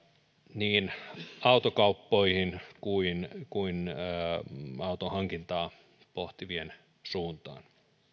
niin autokauppojen kuin kuin auton hankintaa pohtivien suuntaan